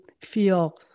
feel